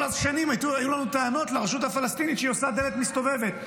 כל השנים היו לנו טענות לרשות הפלסטינית שהיא עושה דלת מסתובבת,